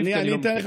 כי אני לא מכיר.